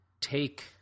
take